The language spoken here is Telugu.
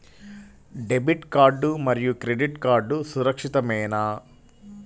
డెబిట్ కార్డ్ మరియు క్రెడిట్ కార్డ్ సురక్షితమేనా?